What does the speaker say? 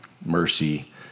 mercy